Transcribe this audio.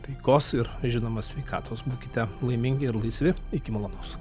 taikos ir žinoma sveikatos būkite laimingi ir laisvi iki malonaus